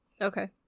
okay